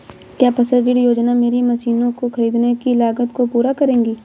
क्या फसल ऋण योजना मेरी मशीनों को ख़रीदने की लागत को पूरा करेगी?